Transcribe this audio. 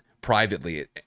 privately